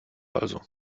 also